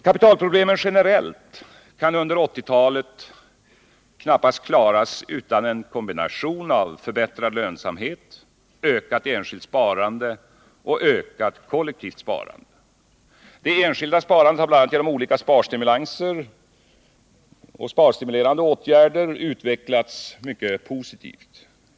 Kapitalproblemen generellt kan under 1980-talet knappast klaras utan en kombination av förbättrad lönsamhet, ökat enskilt sparande och ökat kollektivt sparande. Det enskilda sparandet har bl.a. genom olika sparstimulerande åtgärder utvecklats mycket positivt.